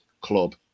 club